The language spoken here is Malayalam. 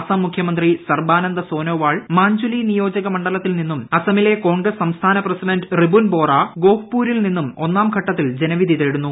അസം മുഖ്യമന്ത്രി സർബാനന്ദ സോനോവാൾ മാഞ്ചുലി നിയോജകമണ്ഡലത്തിൽ നിന്നും അസമിലെ കോൺഗ്രസ് സംസ്ഥാന പ്രസിഡന്റ് റിബുൻ ബോറ ഗോഹ്പൂരിൽ നിന്നും ഒന്നാം ഘട്ടത്തിൽ ജനവിധി തേടുന്നു